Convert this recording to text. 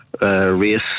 race